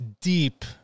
deep